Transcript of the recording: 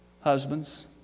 husbands